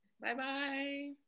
Bye-bye